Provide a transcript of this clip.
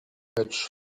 lecz